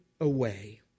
away